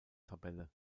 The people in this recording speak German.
tabelle